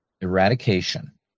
eradication